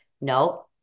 No